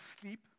sleep